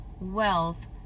wealth